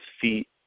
feet